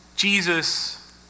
Jesus